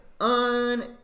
Un